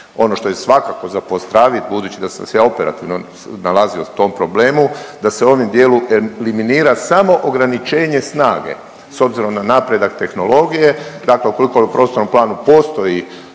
Ono što je svakako za pozdraviti budući da sam se ja operativno nalazio u tom problemu, da se u ovim dijelu eliminira samo ograničenje snage s obzirom na napredak tehnologije, dakle ukoliko u prostornom planu postoji